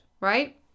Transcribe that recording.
right